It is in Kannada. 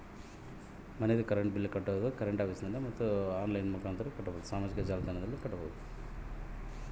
ಮನಿದು ಕರೆಂಟ್ ಬಿಲ್ ಕಟ್ಟೊದು ಹೇಗೆ?